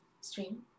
stream